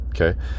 Okay